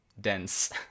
dense